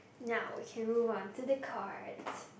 now can move on to the card